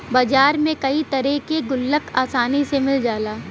बाजार में कई तरे के गुल्लक आसानी से मिल जाला